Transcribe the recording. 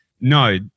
No